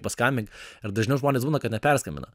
paskambink ir dažniau žmonės būna kad neperskambina